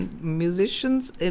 musicians